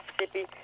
Mississippi